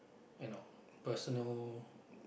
you know personal